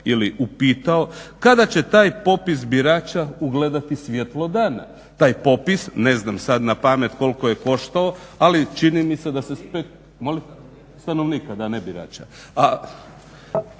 ili upitao kada će taj popis birača ugledati svjetlo dana? Taj popis ne znam sad na pamet koliko je koštao, ali čini mi se da se … /Upadica se ne razumije./… Stanovnika da, ne birača.